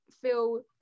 feel